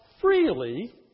freely